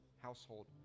household